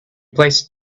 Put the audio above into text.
placed